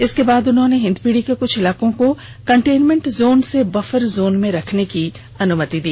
इसके बाइ उन्होंने हिंदपीढ़ी के क्छ इलाकों को कंटेनमेंट जोन से बफर जोन में रखने की अनुमति दी